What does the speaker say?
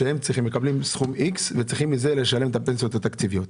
הם מקבלים סכום איקס וממנו צריכים לשלם את הפנסיות התקציביות.